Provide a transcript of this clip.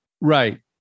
Right